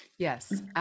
Yes